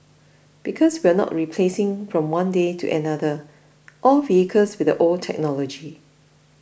because we are not replacing from one day to another all vehicles with the old technology